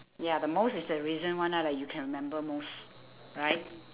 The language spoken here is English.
ya the most is the recent one lah that you can remember most right